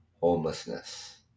homelessness